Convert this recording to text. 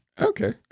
Okay